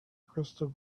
crystal